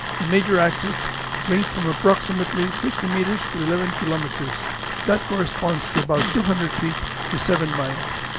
the major axes range from approximately sixty meters to eleven kilometers that corresponds to about two hundred feet to seven miles.